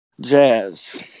Jazz